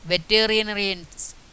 veterinarians